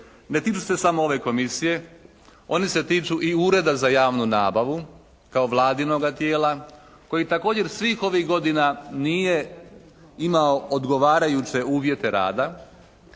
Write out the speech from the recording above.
ne tiču se samo ove Komisije. Oni se tiču i Ureda za javnu nabavu, kao Vladinoga tijela, koji također svih ovih godina nije imao odgovarajuće uvjete rada,